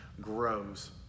grows